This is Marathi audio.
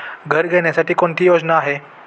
घर घेण्यासाठी कोणती योजना आहे?